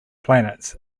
planets